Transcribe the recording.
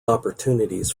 opportunities